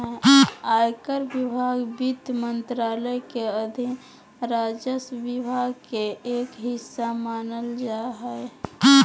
आयकर विभाग वित्त मंत्रालय के अधीन राजस्व विभाग के एक हिस्सा मानल जा हय